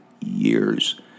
years